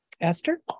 Esther